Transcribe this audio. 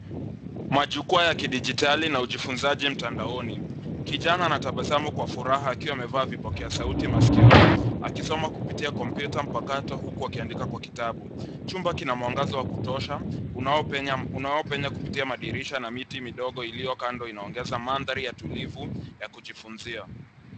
Majukwa ya kidijitali na ujifunzaji mtandaoni. Kijana anatabasamu kwa furaha akiwa amevaa vipokea sauti masikioni akisoma kupitia kompyuta mpakato huku akiandika kwa kitabu. Chumba kina mwangaza wa kutosha unaopenya kupitia madirisha, na miti midogo iliyo kando inaongeza mandhari ya utulivu ya kujifunzia.